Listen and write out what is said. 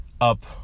up